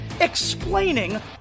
explaining